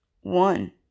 one